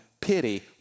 pity